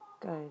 Good